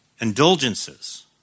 indulgences